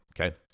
Okay